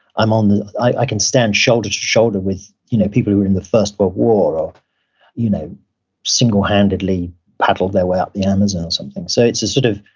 i'm on, i can stand shoulder to shoulder with you know people who were in the first world war or you know single-handedly paddled their way up the amazon, or something. so it's a sort of,